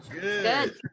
Good